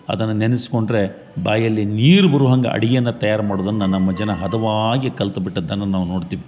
ಅದನ್ನು ನೆನ್ಸ್ಕೊಂಡರೆ ಬಾಯಲ್ಲಿ ನೀರು ಬರುಹಂಗ ಅಡ್ಗಿಯನ್ನು ತಯಾರು ಮಾಡುದನ್ನ ನಮ್ಮ ಜನ ಹದವಾಗಿ ಕಲ್ತು ಬಿಟ್ಟದ್ದನ್ನು ನಾವು ನೋಡ್ತೀವಿ